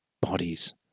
bodies